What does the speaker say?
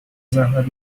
زحمت